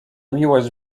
miłość